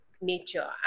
nature